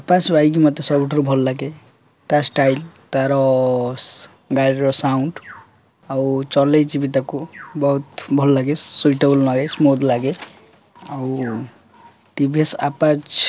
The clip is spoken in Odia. ଆପାଚ୍ ବାଇକ୍ ମୋତେ ସବୁଠାରୁ ଭଲ ଲାଗେ ତା ଷ୍ଟାଇଲ୍ ତାର ଗାଡ଼ିର ସାଉଣ୍ଡ୍ ଆଉ ଚଲାଇଛି ବି ତାକୁ ବହୁତ ଭଲ ଲାଗେ ସୁଇଟେବଲ୍ ଲାଗେ ସ୍ମୁଥ୍ ଲାଗେ ଆଉ ଟି ଭି ଏସ୍ ଆପାଜ୍